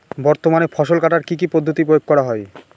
বর্তমানে ফসল কাটার কি কি পদ্ধতি প্রয়োগ করা হয়?